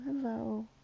hello